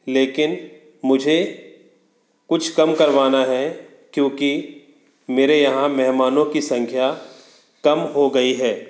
लेकिन मुझे कुछ कम करवाना है क्योंकि मेरे यहाँ मेहमानों की संख्या कम हो गई है